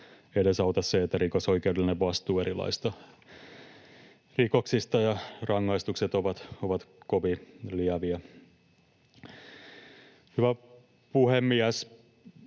edesauta se, että rikosoikeudellinen vastuu erilaisista rikoksista ja rangaistukset ovat kovin lieviä. Hyvä puhemies!